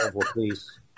please